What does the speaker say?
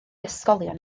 ysgolion